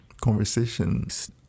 conversations